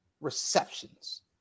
receptions